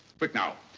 quick now.